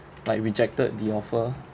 like rejected the offer